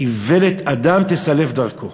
"אוִֶלת אדם תסלף דרכו".